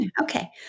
Okay